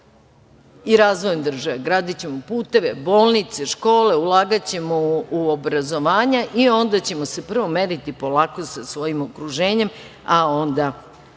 i razvojem države. Gradićemo puteve, bolnice, škole, ulagaćemo u obrazovanja i onda ćemo se prvo meriti polako sa svojim okruženjem, a onda